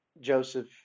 Joseph